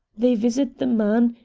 they visit the man,